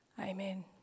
Amen